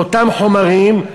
לאותם חומרים,